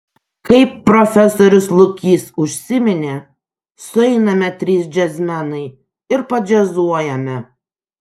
kaip profesorius lukys užsiminė sueiname trys džiazmenai ir padžiazuojame